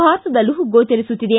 ಭಾರತದಲ್ಲೂ ಗೋಚರಿಸುತ್ತಿದೆ